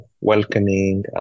welcoming